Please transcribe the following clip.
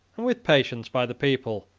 with patience by the people,